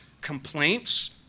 complaints